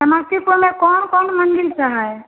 समस्तीपुर में कौन कौन मंदिर हैं